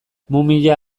mumia